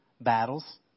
battles